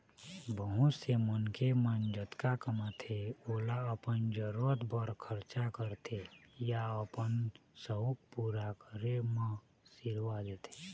बहुत से मनखे मन जतका कमाथे ओला अपन जरूरत बर खरचा करथे या अपन सउख पूरा करे म सिरवा देथे